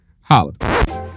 Holla